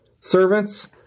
Servants